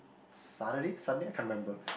Saturday Sunday I can't remember